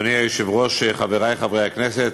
אדוני היושב-ראש, חברי חברי הכנסת,